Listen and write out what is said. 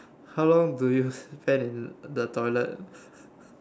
how long do you spend in the toilet